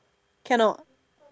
cannot